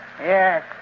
Yes